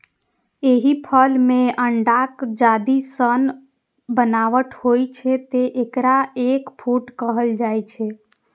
एहि फल मे अंडाक जर्दी सन बनावट होइ छै, तें एकरा एग फ्रूट कहल जाइ छै